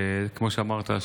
וכמו שאמרת,